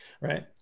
right